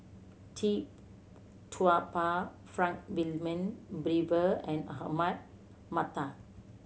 Tee Tua Ba Frank Wilmin Brewer and Ahmad Mattar